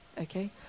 okay